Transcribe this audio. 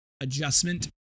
adjustment